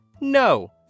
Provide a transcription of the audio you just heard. no